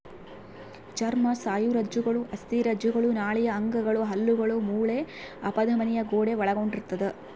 ಚರ್ಮ ಸ್ನಾಯುರಜ್ಜುಗಳು ಅಸ್ಥಿರಜ್ಜುಗಳು ನಾಳೀಯ ಅಂಗಗಳು ಹಲ್ಲುಗಳು ಮೂಳೆ ಅಪಧಮನಿಯ ಗೋಡೆ ಒಳಗೊಂಡಿರ್ತದ